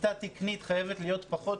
כיתה תקנית חייבת להיות עם לפחות